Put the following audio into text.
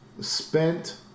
spent